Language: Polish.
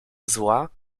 zła